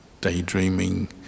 daydreaming